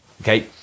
okay